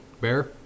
Bear